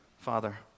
Father